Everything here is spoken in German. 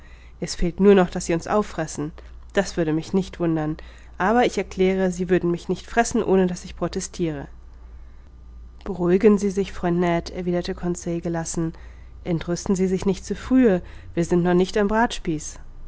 es fehlt nur noch daß sie uns auffressen das würde mich nicht wundern aber ich erkläre sie würden mich nicht fressen ohne daß ich protestire beruhigen sie sich freund ned erwiderte conseil gelassen entrüsten sie sich nicht zu frühe wir sind noch nicht am